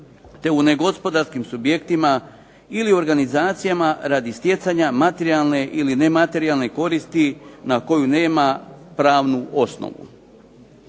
te u negospodarskim subjektima ili organizacijama radi stjecanja materijalne ili nematerijalne koristi na koju nema pravnu osnovu.